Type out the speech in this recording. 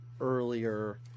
earlier